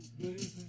baby